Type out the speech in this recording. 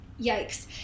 yikes